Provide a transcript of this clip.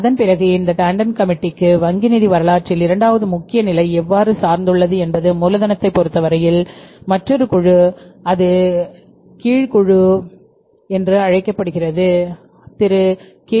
அதன் பிறகு இந்த டாண்டன் கமிட்டிக்கு வங்கி நிதி வரலாற்றில் இரண்டாவது முக்கிய நிலை எவ்வாறு சார்ந்துள்ளது என்பது மூலதனத்தைப் பொறுத்தவரையில் மற்றொரு குழு இது கீழ் குழு குழு என்று அழைக்கப்பட்டது திரு கே